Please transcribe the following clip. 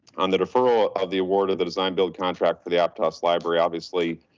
on the deferral of the award of the design build contract for the ah but so library, obviously,